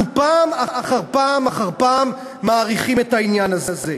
אנחנו פעם אחר פעם אחר פעם מאריכים את העניין הזה.